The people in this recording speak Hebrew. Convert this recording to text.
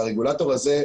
והרגולטור הזה,